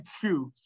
choose